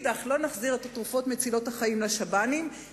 ומצד שני לא נחזיר את התרופות מצילות החיים לשב"נים,